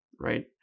right